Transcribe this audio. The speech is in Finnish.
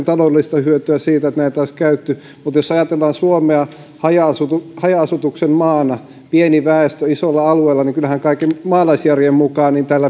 taloudellista hyötyä siitä että näitä olisi käytetty mutta jos ajatellaan suomea haja asutuksen haja asutuksen maana pieni väestö isolla alueella niin kyllähän kaiken maalaisjärjen mukaan tästä